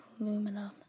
aluminum